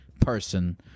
person